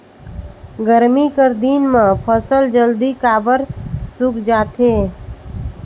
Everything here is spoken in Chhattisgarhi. गरमी कर दिन म फसल जल्दी काबर सूख जाथे?